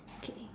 okay